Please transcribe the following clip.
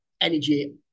energy